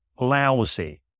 lousy